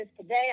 today